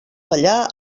ballar